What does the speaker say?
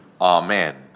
amen